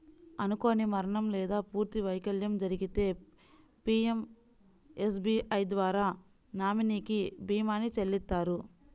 అనుకోని మరణం లేదా పూర్తి వైకల్యం జరిగితే పీయంఎస్బీఐ ద్వారా నామినీకి భీమాని చెల్లిత్తారు